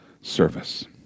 service